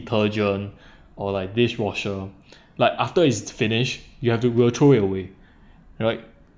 detergent or like dishwasher like after it's finish you have to go to throw it away right